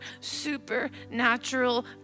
supernatural